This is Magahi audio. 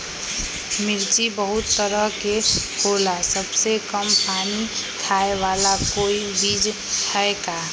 मिर्ची बहुत तरह के होला सबसे कम पानी खाए वाला कोई बीज है का?